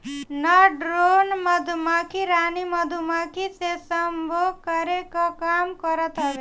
नर ड्रोन मधुमक्खी रानी मधुमक्खी से सम्भोग करे कअ काम करत हवे